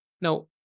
Now